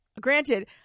granted